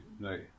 Right